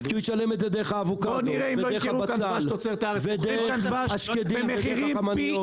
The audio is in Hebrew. כי הוא ישלם את זה דרך האבוקדו ודרך הבצל ודרך השקדים ודרך החמניות.